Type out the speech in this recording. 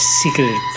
secret